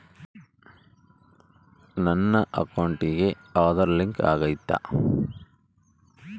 ನನ್ನ ಅಕೌಂಟಿಗೆ ಆಧಾರ್ ಲಿಂಕ್ ಆಗೈತಾ?